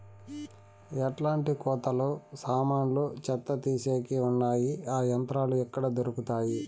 ఎట్లాంటి కోతలు సామాన్లు చెత్త తీసేకి వున్నాయి? ఆ యంత్రాలు ఎక్కడ దొరుకుతాయి?